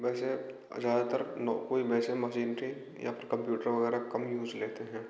वैसे और ज़्यादातर कोई वैसे मजेंट्री या फिर कम्प्यूटर वगैरह कम यूज़ लेते हैं